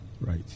Right